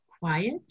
quiet